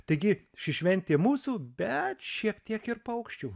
taigi ši šventė mūsų bet šiek tiek ir paukščių